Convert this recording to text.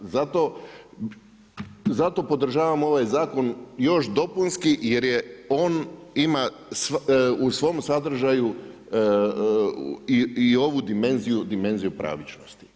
Zato podržavam ovaj zakon još dopunski jer je on ima u svom sadržaju i ovu dimenziju pravičnosti.